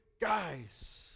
guys